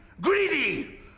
Greedy